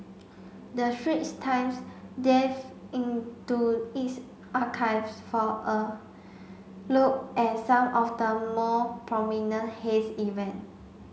the Straits Times into its archives for a look at some of the more prominent haze events